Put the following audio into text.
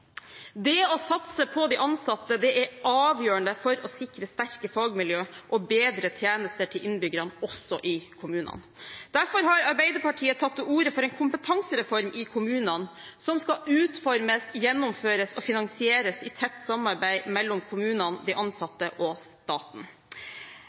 Det å satse på de ansatte er avgjørende for å sikre sterke fagmiljøer og bedre tjenester til innbyggerne, også i kommunene. Derfor har Arbeiderpartiet tatt til orde for en kompetansereform i kommunene som skal utformes, gjennomføres og finansieres i tett samarbeid mellom kommunene, de